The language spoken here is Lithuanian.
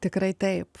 tikrai taip